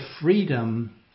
freedom